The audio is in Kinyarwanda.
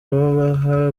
babaha